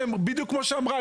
ובדיוק כמו שהיא אמרה,